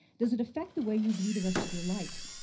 does it affect the way you view the rest of your life?